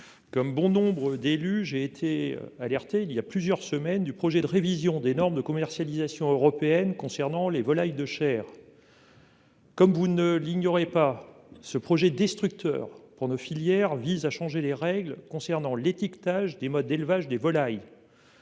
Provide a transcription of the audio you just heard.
Comme bon nombre d'élus. J'ai été alertée il y a plusieurs semaines du projet de révision des normes de commercialisation européenne concernant les volailles de Chair. Comme vous ne l'ignorez pas, ce projet destructeur pour nos filières vise à changer les règles concernant l'étiquetage des modes d'élevage des volailles.